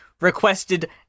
Requested